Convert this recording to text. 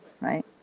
right